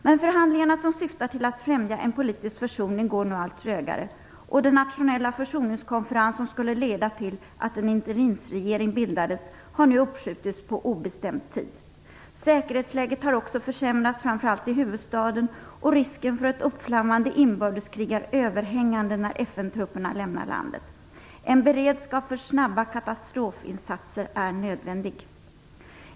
Men förhandlingarna som syftar till att främja en politisk försoning går nu alltmer trögt, och den nationella försoningskonferens som skulle leda till att en interimsregering bildades har uppskjutits på obestämd tid. Säkerhetsläget har också försämrats, framför allt i huvudstaden, och risken för ett uppflammande inbördeskrig är överhängande när FN-trupperna lämnar landet. En beredskap för snabba katastrofinsatser är nödvändig.